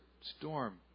storm